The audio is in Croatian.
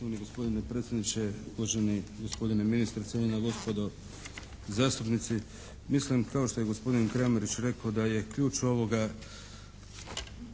kao što je gospodin Kramarić rekao da je ključ ovoga